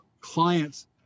clients